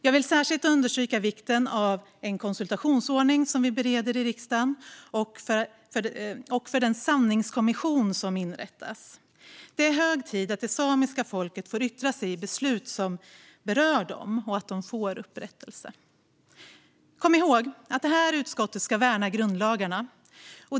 Jag vill särskilt understryka vikten av en konsultationsordning, som vi i riksdagen bereder, och för den sanningskommission som inrättas. Det är hög tid att det samiska folket får yttra sig i beslut som berör dem och att de får upprättelse. Kom ihåg att det här utskottet ska värna grundlagarna!